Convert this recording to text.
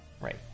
Right